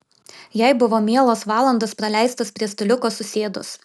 jai buvo mielos valandos praleistos prie staliuko susėdus